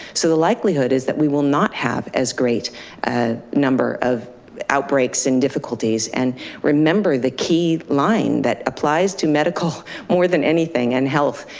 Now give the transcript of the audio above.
so the likelihood is that we will not have as great number of outbreaks and difficulties. and remember the key line that applies to medical more than anything and health.